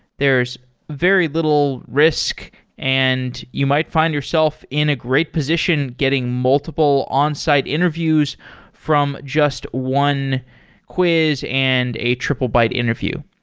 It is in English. there's very little risk and you might find yourself in a great position getting multiple on-site interviews from just one quiz and a triplebyte interview.